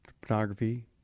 pornography